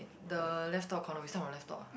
the left top corner we start from left top ah